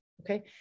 Okay